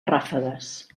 ràfegues